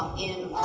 in